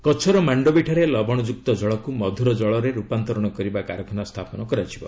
କଚ୍ଛର ମାଣ୍ଡବି ଠାରେ ଲବଣଯୁକ୍ତ ଜଳକୁ ମଧୁର ଜଳରେ ରୂପାନ୍ତରଣ କରିବା କାରଖାନା ସ୍ଥାପନ କରାଯିବ